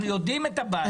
אנחנו יודעים את הבעיה.